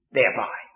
thereby